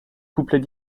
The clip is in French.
couplets